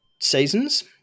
seasons